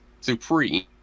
Supreme